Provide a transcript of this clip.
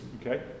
Okay